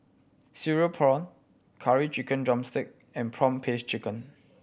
cereal prawn Curry Chicken drumstick and prawn paste chicken